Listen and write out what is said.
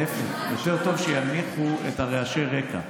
להפך, יותר טוב שינמיכו את רעשי הרקע.